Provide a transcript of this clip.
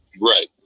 Right